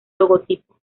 logotipo